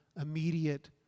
immediate